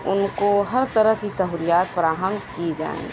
اُن کو ہر طرح کی سہولیات فراہم کی جائیں